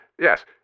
Yes